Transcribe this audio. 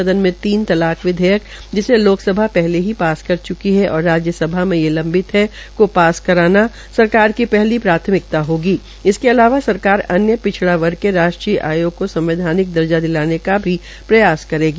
सदन में तीन तलाक विधेयक जिसे लोक सभा पहले पास कर चुकी है और राज्य सभा में लंबित हे को पास कराना सरकार की पहली प्राथमिकता होगी इसके अलावा सरकार अन्य पिछड़ा वर्ग राष्ट्रीय आयोग को संवैधानिक दर्जा दिलाने दिलाने का भी प्रयास करेगी